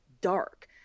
dark